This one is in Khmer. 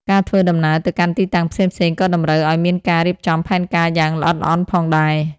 ការធ្វើដំណើរទៅកាន់ទីតាំងផ្សេងៗក៏តម្រូវឱ្យមានការរៀបចំផែនការយ៉ាងល្អិតល្អន់ផងដែរ។